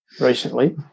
recently